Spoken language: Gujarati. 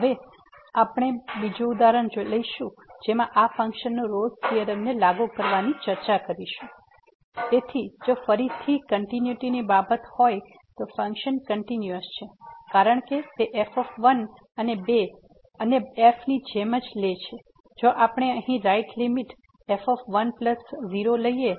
હવે આપને બીજું ઉદાહરણ લઈશું જેમાં આ ફંક્શનને રોલ્સRolle's થીયોરમને લાગુ કરવાની ચર્ચા કરીશું fxx21 x∈01 3 x x∈12 તેથી જો ફરીથી કંટીન્યુઈટી ની બાબત હોય તો ફંક્શન કંટીન્યુયસ છે કારણ કે તે f એ 2 અને f ની જેમ લે છે જો આપણે અહીં રાઈટ લીમીટ f 1 0 લઈએ તો